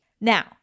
Now